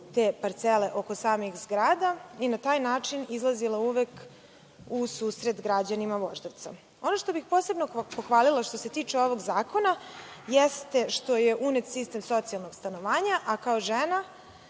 te parcele oko samih zgrada i na taj način izlazila uvek u susret građanima Voždovca. Ono što bih posebno pohvalila što se tiče ovog zakona jeste što je unet sistem socijalnog stanovanja, a kao žena